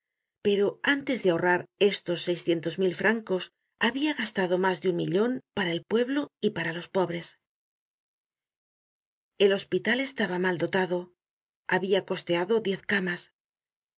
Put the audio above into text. pero antes de ahorrar estos seiscientos mil francos habia gastado mas de un millon para el pueblo y para los pobres el hospital estaba mal dotado habia costeado diez camas